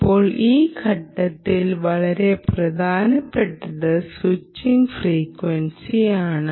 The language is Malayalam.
ഇപ്പോൾ ഈ ഘട്ടത്തിൽ വളരെ പ്രധാനപ്പെട്ടത് സ്വിച്ചിംഗ് ഫ്രീക്വാർസിയാണ്